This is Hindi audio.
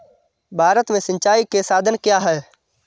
भारत में सिंचाई के साधन क्या है?